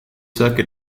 circuit